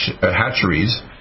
Hatcheries